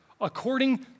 according